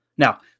Now